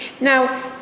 now